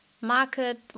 market